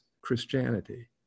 Christianity